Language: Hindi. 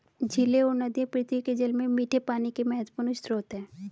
झीलें और नदियाँ पृथ्वी के जल में मीठे पानी के महत्वपूर्ण स्रोत हैं